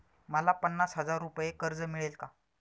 मला पन्नास हजार रुपये कर्ज मिळेल का?